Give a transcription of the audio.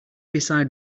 beside